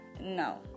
No